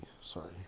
sorry